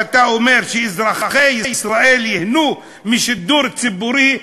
כשאתה אומר שאזרחי ישראל ייהנו משידור ציבורי,